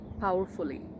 powerfully